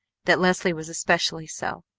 that leslie was especially so.